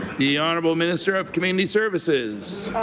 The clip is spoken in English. the honourable minister of community services.